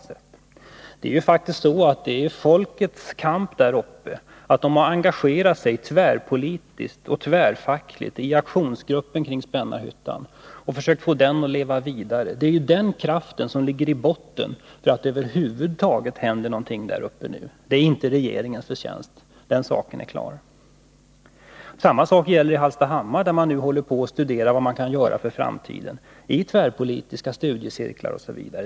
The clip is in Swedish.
Men det är ju faktiskt folkets kamp där uppe, när de engagerar sig tvärpolitiskt och tvärfackligt i aktionsgruppen kring Spännarhyttan för att försöka få den att leva vidare, som ligger i botten, som är orsaken till att det över huvud taget händer någonting där. Det är inte regeringens förtjänst, den saken är klar. Samma sak gäller Hallstahammar, där man nu i tvärpolitiska studiecirklar m.m. studerar vad man kan göra för framtiden.